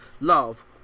love